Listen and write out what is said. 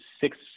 six